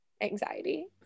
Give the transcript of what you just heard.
anxiety